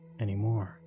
anymore